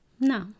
No